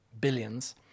billions